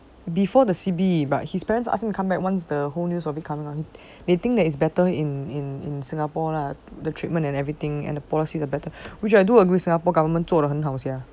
before the C_B but his parents ask him to come back once the whole news recover they think that it's better if he is in in singapore lah the treatment and everything and a policy the better which I do agree singapore government 做了很好 sia